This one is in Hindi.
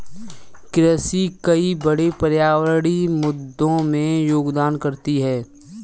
कृषि कई बड़े पर्यावरणीय मुद्दों में योगदान करती है